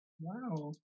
wow